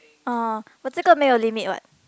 oh but 这个没有 limit what